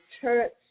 church